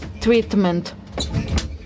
treatment